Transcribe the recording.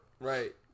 Right